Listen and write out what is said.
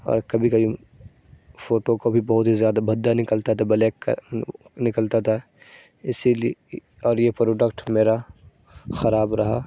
اور کبھی کبھی فوٹو کو بھی بہت زیادہ بھدا نکلتا تھا بلیک نکتا تھا اسی لیے اور یہ پروڈکٹ میرا خراب رہا